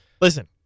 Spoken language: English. Listen